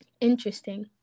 interesting